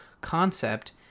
concept